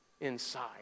inside